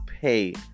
pay